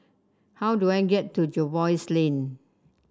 how do I get to Jervois Lane